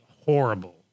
horrible